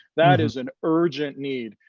that is an urgent need.